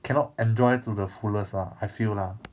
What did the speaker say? cannot enjoy to the fullest ah I feel lah